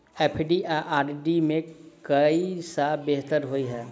FD आ RD मे केँ सा बेहतर होइ है?